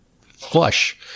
flush